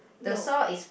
no